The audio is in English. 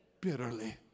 bitterly